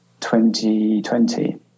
2020